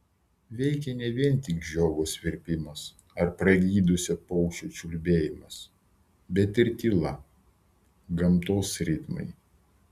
veikė ne vien tik žiogo svirpimas ar pragydusio paukščio čiulbėjimas bet ir tyla gamtos ritmai